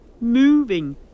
Moving